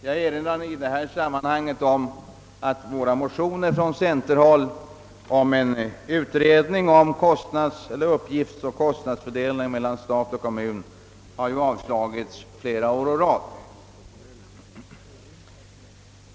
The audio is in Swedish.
Jag erinrar i detta sammanhang om att centerpartimotioner angående en utredning av frågan om uppgiftsoch kostnadsfördelningen mellan stat och kommun avslagits flera år i rad.